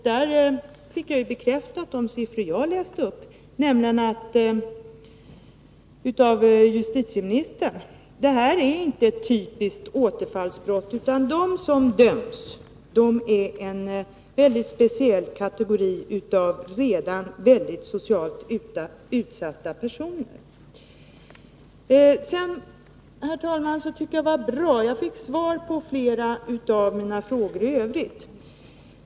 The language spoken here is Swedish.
Där fick jag de siffror jag läste upp bekräftade av justitieministern, siffror som säger att detta inte är ett typiskt återfallsbrott. De som döms är en mycket speciell kategori av redan socialt mycket utsatta personer. Herr talman! Sedan tycker jag att det var bra att jag fick svar på flera av mina Övriga frågor.